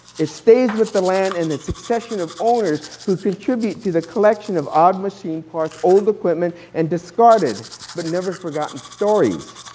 it stays with the land and succession of owners who contribute to the collection of odd machine parts, old equipment and discarded but never forgotten stories.